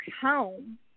home